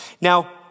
Now